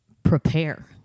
prepare